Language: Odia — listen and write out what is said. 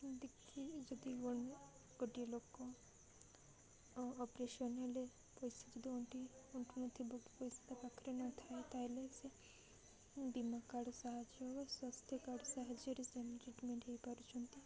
ଦେଖି ଯଦି ଗୋଟିଏ ଲୋକ ଅପରେସନ୍ ହେଲେ ପଇସା ଯଦି ଅଣ୍ଟି ଅଣ୍ଟୁ ନଥିବ ଏତେ ପଇସା ପାଖରେ ନଥାଏ ତାହେଲେ ସେ ବୀମା କାର୍ଡ଼ ସାହାଯ୍ୟ ଓ ସ୍ୱାସ୍ଥ୍ୟ କାର୍ଡ଼ ସାହାଯ୍ୟରେ ସେମାନେ ଟ୍ରିଟମେଣ୍ଟ ହେଇପାରୁଛନ୍ତି